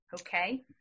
Okay